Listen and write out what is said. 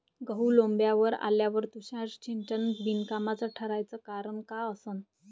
गहू लोम्बावर आल्यावर तुषार सिंचन बिनकामाचं ठराचं कारन का असन?